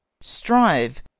strive